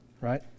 right